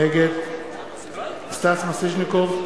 נגד סטס מיסז'ניקוב,